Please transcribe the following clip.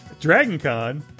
DragonCon